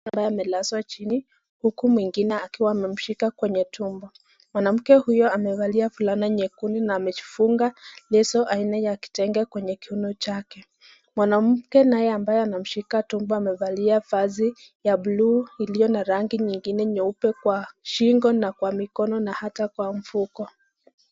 Mama amelazwa chini, huku mwingine akiwa amemshika kwenye tumbo, mwanamke huyo amevalia fulana nyekundu na amejifunga leso haina ya kitenge kwenye kiuno chake. Mwanamke naya ambaye amemshika tumbo amevalia vazi ya buluu iliyo na rangi nyinge nyeupe kwa shingo na kwa mikono na ata kwa mfuko.